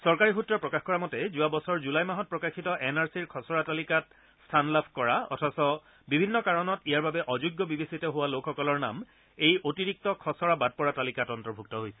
চৰকাৰী সূত্ৰই প্ৰকাশ কৰা মতে যোৱা বছৰৰ জুলাই মাহত প্ৰকাশিত এন আৰ চিৰ খচৰা তালিকাত স্থান লাভ কৰা অথচ বিভিন্ন কাৰণত ইয়াৰ বাবে অযোগ্য বিবেচিত হোৱা লোকসকলৰ নাম এই অতিৰিক্ত খচৰা বাদ পৰা তালিকাত অন্তৰ্ভূক্ত হৈছে